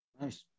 Nice